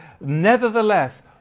Nevertheless